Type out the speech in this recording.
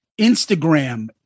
Instagram